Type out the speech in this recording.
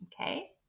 Okay